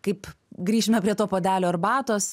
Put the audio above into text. kaip grįšime prie to puodelio arbatos